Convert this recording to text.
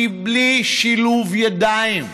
כי בלי שילוב ידיים,